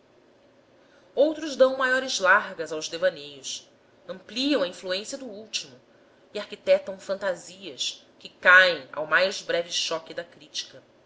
outros dão maiores largas aos devaneios ampliam a influência do último e arquitetam fantasias que caem ao mais breve choque da crítica